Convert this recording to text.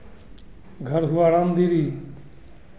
घर हुआ रामदीरि